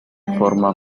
forma